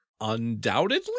Undoubtedly